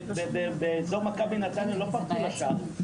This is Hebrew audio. באזור מכבי נתניה לא פרצו לשער,